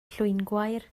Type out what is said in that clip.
llwyngwair